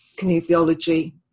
kinesiology